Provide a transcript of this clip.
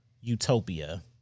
Utopia